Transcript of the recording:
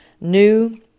new